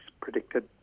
predicted